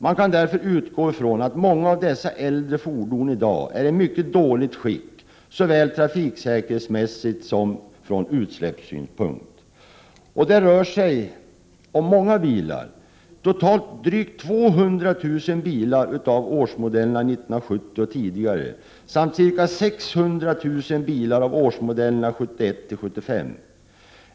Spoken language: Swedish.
Man kan därför utgå ifrån att många av dessa äldre fordon i dag är i mycket dåligt skick såväl trafiksäkerhetsmässigt som från utsläppssynpunkt. Det rör sig om många bilar, totalt drygt 200 000 bilar av årsmodellerna 1970 och äldre samt ca 600 000 bilar av årsmodellerna 1971—75.